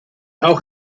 auch